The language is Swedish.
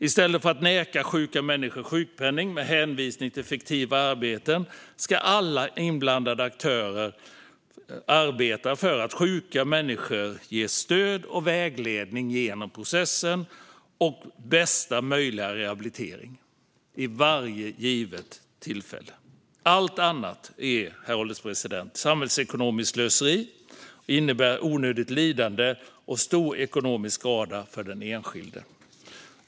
I stället för att neka sjuka människor sjukpenning med hänvisning till fiktiva arbeten ska alla inblandade aktörer arbeta för att sjuka människor ges stöd och vägledning genom processen och bästa möjliga rehabilitering vid varje givet tillfälle. Allt annat är ett samhällsekonomiskt slöseri och innebär onödigt lidande och stor ekonomisk skada för den enskilde.